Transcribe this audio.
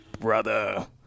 brother